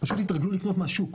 פשוט התרגלו לקנות מהשוק.